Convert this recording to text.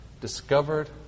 discovered